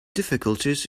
difficulties